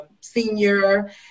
senior